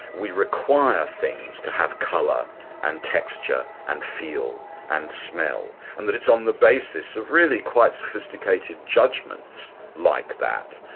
we require things to have colour and texture and feel and smell, and that it's on the basis of really quite sophisticated judgments like that,